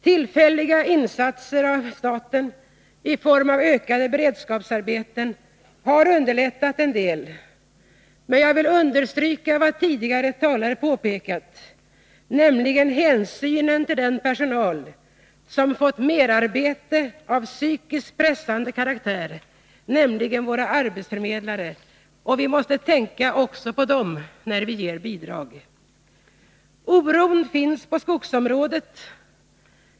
Tillfälliga insatser av staten i form av ökade beredskapsarbeten har underlättat en del, men jag vill också understryka vad tidigare talare har påpekat — att vi måste ta hänsyn till den personal som har fått merarbete av psykiskt pressande karaktär, nämligen våra arbetsförmedlare. Vi måste tänka också på dem när vi ger bidrag. Oron finns även på skogsområdet.